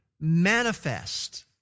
manifest